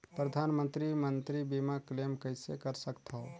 परधानमंतरी मंतरी बीमा क्लेम कइसे कर सकथव?